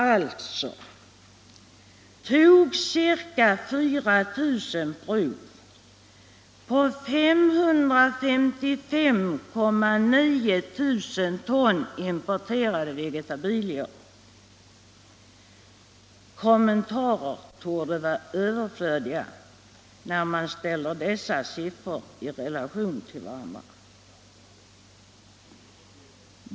Alltså togs ca 4 000 prov på 555 900 ton importerade vegetabilier. Kommentarer torde vara överflödiga när man ställer dessa siffror i relation till varandra.